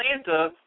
Atlanta –